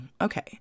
okay